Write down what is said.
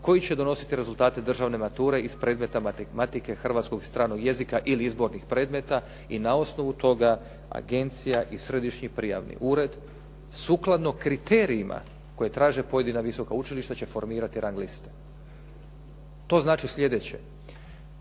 koji će donositi rezultate državne mature iz predmeta matematike, hrvatskog i stranog jezika ili izbornih predmeta i na osnovu toga agencija i Središnji prijavni ured sukladno kriterijima koja traže pojedina visoka učilišta će formirati rang liste. To znači sljedeće,